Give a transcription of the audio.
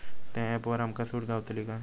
त्या ऍपवर आमका सूट गावतली काय?